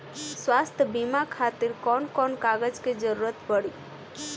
स्वास्थ्य बीमा खातिर कवन कवन कागज के जरुरत पड़ी?